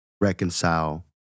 reconcile